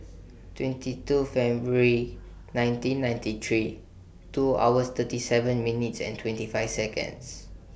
twenty two February nineteen ninety three two hours thirty seven minutes and twenty five Seconds